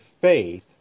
faith